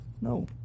no